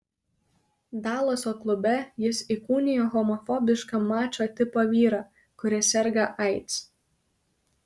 dalaso klube jis įkūnijo homofobišką mačo tipo vyrą kuris serga aids